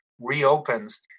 reopens